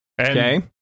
Okay